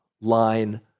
line